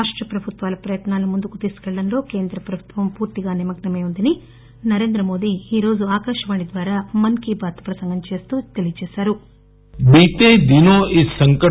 రాష్ట ప్రభుత్వాల ప్రయత్నాలను ముందుకు తీసుకెళ్లడంలో కేంద్ర ప్రభుత్వం పూర్తిగా నిమగ్నమై ఉందని నరేంద్ర మోదీ ఈ రోజు ఆకాశవాణి మస్ కీ బాత్ ప్రసంగం లో తెలిపారు